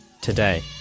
today